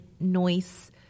noise